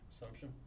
assumption